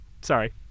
sorry